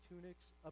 tunics